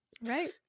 Right